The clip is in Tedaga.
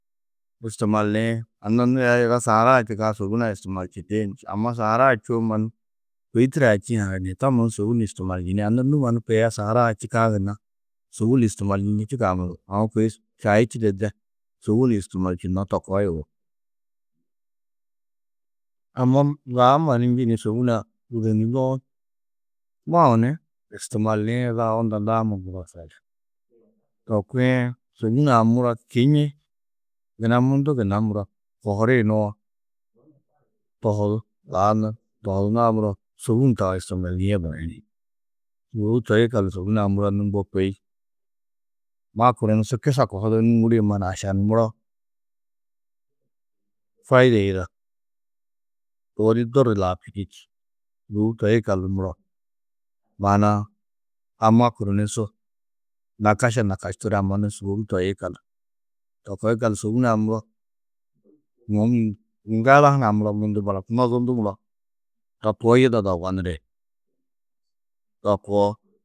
Istimaaliĩ, anna nû aya yiga sahara-ã čîkã sôbun-ã istimaalčindiin? Či. Amma saharaa-ã čûwo mannu kôi turoa čîĩ hananiin? To mannu sôbun istimaanjini. Anna nû mannu kôi a sahara-ã čîkã gunna sôbun istimaalnjindî čîkã muro, aũ kôi čaî čîde de sôbunistimaalčunno to koo yugó. Amma ŋgaa mannu njî ni sôbun-ã mau ni istimaaliĩ, zaga unda daama muro koo di. To kuĩ, sôbun-ã muro kiñi yina mundu gunna muro kohiri nuwo, tohudú. tohudunãá muro sôbun taũ istimaalnîe barayini. Sûbou toi yikallu sôbun-ã muro nû mbo kôi makuru ni su kisa kohuduru nûŋgurĩ mannu ašan muro, faide yida. Ôwonni dôor laabčinî čî. Sûbou toi yikallu muro, maana-ã a makuru ni su nakaša nakašturã mannu sûbou toi yikallu. To koo yikallu, sôbun-ã muro mûhum gala hunã muro mundu balak. Nozundu muro to koo yidado yugó niri. To koo.